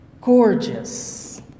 gorgeous